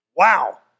Wow